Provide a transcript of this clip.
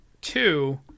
Two